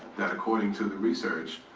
that according to the research,